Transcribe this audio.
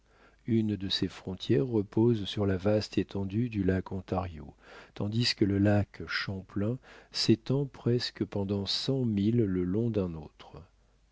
une de ses frontières repose sur la vaste étendue du lac ontario tandis que le lac champlain s'étend presque pendant cent milles le long d'un autre